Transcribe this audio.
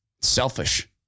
Selfish